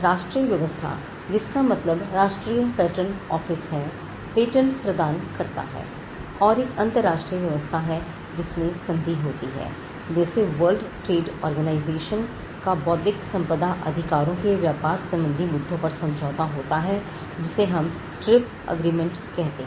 राष्ट्रीय व्यवस्था जिसका मतलब राष्ट्रीय पैटर्न ऑफिस है पेटेंट प्रदान करता है और एक अंतरराष्ट्रीय व्यवस्था है जिसमें संधि होती है जैसे वर्ल्ड ट्रेड ऑर्गेनाइजेशन का बौद्धिक संपदा अधिकारों के व्यापार सम्बंधित मुद्दों पर समझौता होता है जिसे हम ट्रिप एग्रीमेंट कहते हैं